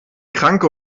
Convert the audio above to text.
kranke